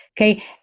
okay